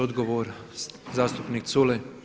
Odgovor zastupnik Culej.